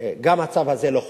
גם הצו הזה לא חודש.